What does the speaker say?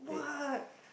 what